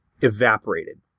Evaporated